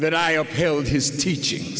that i upheld his teaching